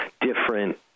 different